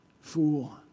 fool